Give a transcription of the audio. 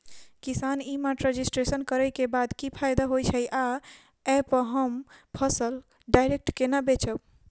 किसान e mart registration करै केँ बाद की फायदा होइ छै आ ऐप हम फसल डायरेक्ट केना बेचब?